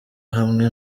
hamwe